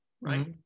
right